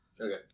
Okay